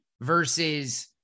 versus